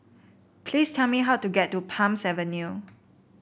please tell me how to get to Palms Avenue